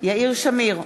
יאיר שמיר,